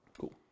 Cool